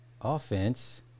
Offense